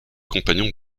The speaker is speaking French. compagnon